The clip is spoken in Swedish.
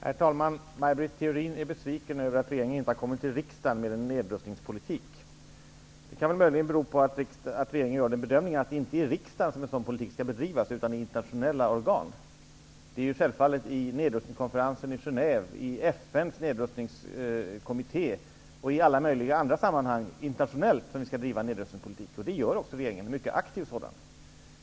Herr talman! Maj Britt Theorin är besviken över att regeringen inte har kommit till riksdagen med en nedrustningspolitik. Det kan möjligen bero på att regeringen gör den bedömningen att det inte är i riksdagen som en sådan politik skall bedrivas, utan i internationella organ. Det är självfallet vid nedrustningskonferensen i Genève, i FN:s nedrustningskommitté och i alla möjliga andra internationella sammanhang som vi skall driva nedrustningspolitik. Det gör också regeringen, en mycket aktiv sådan.